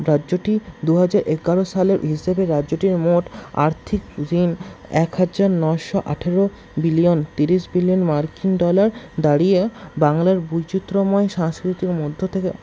রাজ্যটি দুহাজার এগারো সালের হিসাবে রাজ্যটির মোট আর্থিক ঋণ এক হাজার নশো আঠেরো বিলিয়ন তিরিশ বিলিয়ন মার্কিন ডলার দাঁড়িয়ে বাংলার বৈচিত্র্যময় সাংস্কৃতিক মধ্য থেকে